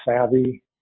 savvy